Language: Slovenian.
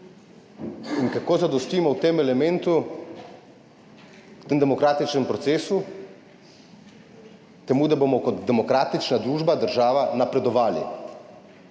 In kako zadostimo v tem demokratičnem procesu temu, da bomo kot demokratična družba, država, napredovali,?